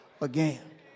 again